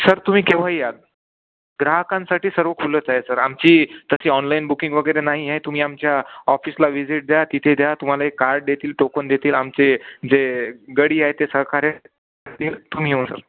sir तुम्ही केव्हाही या ग्राहकांसाठी सर्व खुलच आहे सर आमची तशी ऑनलाईन बुकिंग वगैरे नाही आहे तुम्ही आमच्या ऑफिसला व्हिजिट द्या तिथे द्या तुम्हाला एक कार्ड देतील टोकन देतील आमचे जे गडी आहे ते सहकार्य तुम्ही येऊन सर